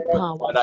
power